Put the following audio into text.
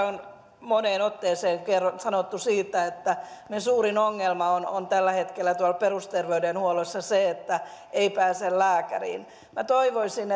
on moneen otteeseen sanottu että meidän suurin ongelmamme on tällä hetkellä perusterveydenhuollossa se että ei pääse lääkäriin minä toivoisin